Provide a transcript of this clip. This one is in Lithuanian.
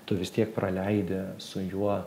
tu vis tiek praleidi su juo